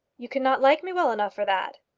you cannot like me well enough for that?